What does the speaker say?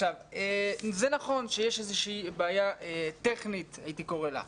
זה נכון שיש איזושהי בעיה טכנית הייתי קורא לה,